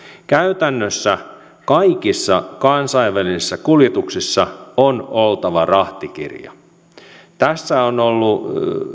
käytännössä kaikissa kansainvälisissä kuljetuksissa on oltava rahtikirja tässä on ollut